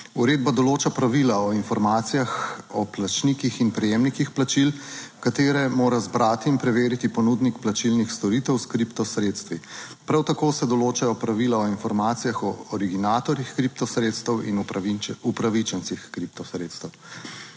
Uredba določa pravila o informacijah o plačnikih in prejemnikih plačil, katere mora zbrati in preveriti ponudnik plačilnih storitev s kripto sredstvi. Prav tako se določajo pravila o informacijah o originatorjih kripto sredstev in o upravičencih kripto sredstev.